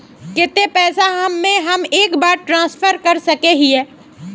केते पैसा हम एक बार ट्रांसफर कर सके हीये?